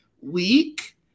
week